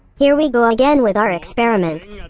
here we go again with our experiments.